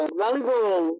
volleyball